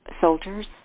soldiers